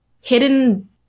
hidden